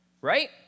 right